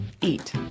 eat